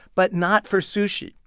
but not for sushi.